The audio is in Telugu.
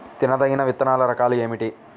తినదగిన విత్తనాల రకాలు ఏమిటి?